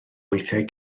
weithiau